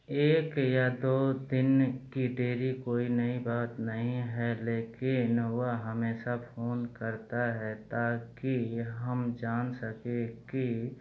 एक या दो दिन की देरी कोई नई बात नहीं है लेकिन वह हमेशा फ़ोन करता है ताकि हम जान सकें कि वह ठीक है और वह नौसिखिया भी नहीं है इसलिए ऐसा नहीं हो सकता कि वह अचानक चुप्पी साध ले मैं सचमुच चिन्तित हों कि शायद कुछ हो गया है और इसलिए वह किसी से सम्पर्क नहीं कर पा रहा है